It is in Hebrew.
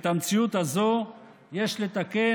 את המציאות הזו יש לתקן,